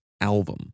album